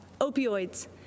opioids